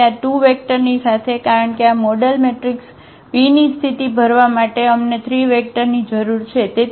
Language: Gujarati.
તેથી આ 2 વેક્ટરની સાથે કારણ કે આ મોડેલ મેટ્રિક્સ p ની સ્થિતિ ભરવા માટે અમને 3 વેક્ટરની જરૂર છે